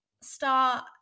start